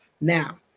Now